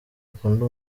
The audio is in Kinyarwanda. akunda